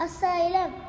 Asylum